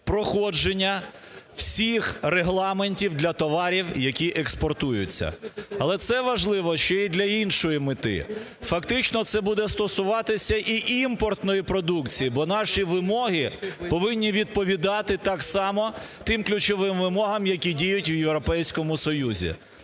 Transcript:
проходження всіх регламентів для товарів, які експортуються. Але це важливо ще і для іншої мети. Фактично це буде стосуватися і імпортної продукції, бо наші вимоги повинні відповідати так само тим ключовим вимогам, які діють в Європейському Союзі.